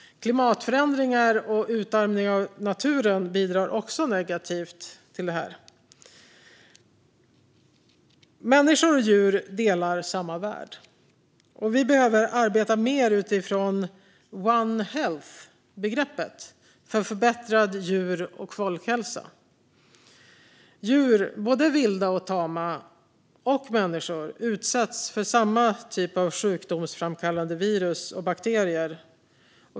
Klimatförändringar och utarmning av naturen bidrar också negativt till detta. Människor och djur delar samma värld. Vi behöver arbeta mer utifrån one health-begreppet för förbättrad djur och folkhälsa. Djur, både vilda och tama, och människor utsätts för samma typ av sjukdomsframkallande virus och bakterier.